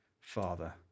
Father